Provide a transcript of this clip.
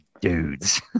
dudes